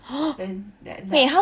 then that night